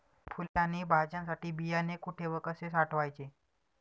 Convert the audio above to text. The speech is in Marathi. फुले आणि भाज्यांसाठी बियाणे कुठे व कसे साठवायचे?